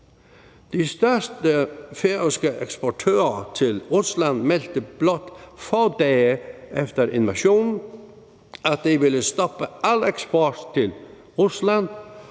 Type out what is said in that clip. De største færøske eksportører til Rusland meldte blot få dage efter invasionen, at de ville stoppe al eksport til Rusland,